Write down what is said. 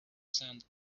sand